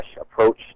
approach